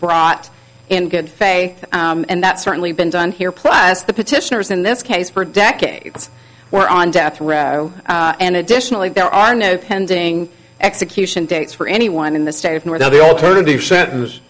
brought in good faith and that's certainly been done here plus the petitioners in this case for decades were on death row and additionally there are no pending execution dates for anyone in the state of more than the alternative sentence